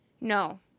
no